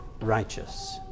righteous